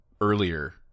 earlier